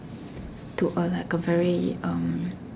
to a like a Perry erm